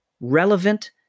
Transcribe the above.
relevant